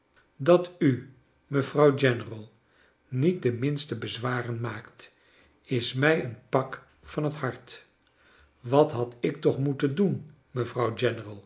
dat u mevrouw general iniet de minste bezwaren jmaakt is mij een pak van het hart wat had ik toch moeten doen mevrouw